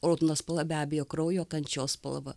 o raudona spalva be abejo kraujo kančios spalva